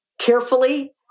carefully